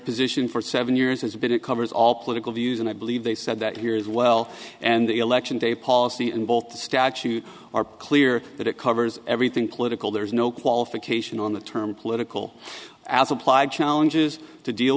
position for seven years has been it covers all political views and i believe they said that here as well and the election day policy in both the statute are clear that it covers everything political there's no qualification on the term political as applied challenges to deal